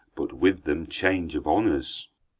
but with them change of honours.